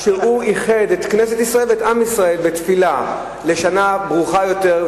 שהוא איחד את כנסת ישראל ואת עם ישראל בתפילה לשנה ברוכה יותר,